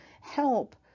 help